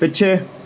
ਪਿੱਛੇ